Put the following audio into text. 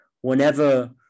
whenever